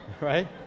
right